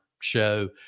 show